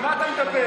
על מה אתה מדבר?